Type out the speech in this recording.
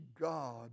God